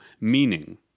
meaning